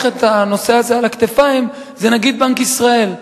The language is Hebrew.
את הנושא הזה על הכתפיים זה נגיד בנק ישראל.